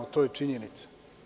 To je činjenica.